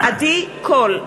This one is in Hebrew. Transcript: עדי קול,